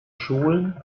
schulen